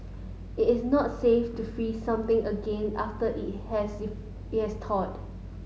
it is not safe to freeze something again after has it has thawed